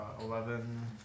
eleven